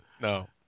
No